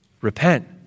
repent